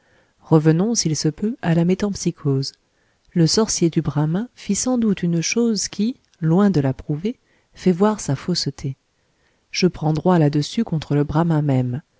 revenons s'il se peut à la métempsycose le sorcier du bramin fit sans doute une chose qui loin de la prouver fait voir sa fausseté je prends droit là-dessus contre le bramin